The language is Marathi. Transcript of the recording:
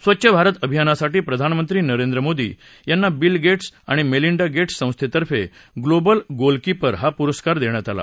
स्वच्छ भारत अभियानासाठी प्रधानमंत्री नरेंद्र मोदी यांना बिल गेट्स आणि मेलिंडा गेट्स संस्थे तर्फे ग्लोबल गोलकीपर हा पुरस्कार देण्यात आला